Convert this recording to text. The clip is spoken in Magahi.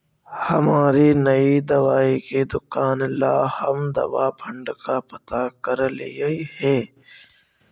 हमारी नई दवाई की दुकान ला हम दवा फण्ड का पता करलियई हे